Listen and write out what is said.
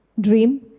dream